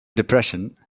depression